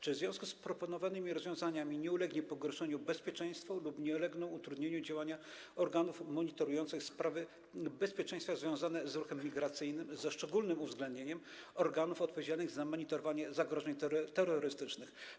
Czy w związku z proponowanymi rozwiązaniami nie ulegnie pogorszeniu bezpieczeństwo lub nie ulegną utrudnieniu działania organów monitorujących sprawy bezpieczeństwa związane z ruchem migracyjnym, ze szczególnym uwzględnieniem działań organów odpowiedzialnych za monitorowanie zagrożeń terrorystycznych?